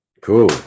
Cool